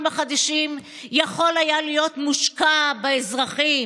החיים שלנו והדם שלנו לא שווה מה שעולה שר אחד לממשלה הזאת.